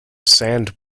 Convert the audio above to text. sand